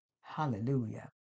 Hallelujah